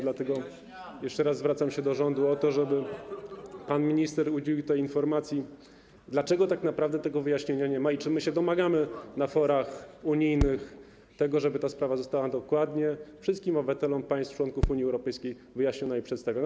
Dlatego jeszcze raz zwracam się do rządu z prośbą o to, żeby pan minister udzielił informacji, dlaczego tak naprawdę tego wyjaśnienia nie ma oraz czy my domagamy się na forach unijnych tego, żeby ta sprawa została dokładnie wszystkim obywatelom państw członkowskich Unii Europejskiej wyjaśniona i przedstawiona.